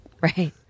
Right